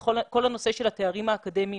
כל הנושא של התארים האקדמיים